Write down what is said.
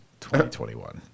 2021